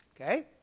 Okay